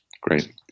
Great